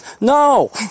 No